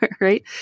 right